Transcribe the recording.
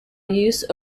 use